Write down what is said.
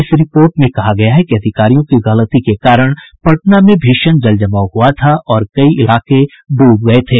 इस रिपोर्ट में कहा गया है कि अधिकारियों की गलती के कारण पटना में भीषण जल जमाव हुआ था और कई इलाके डूब गये थे